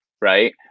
right